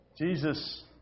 Jesus